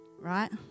right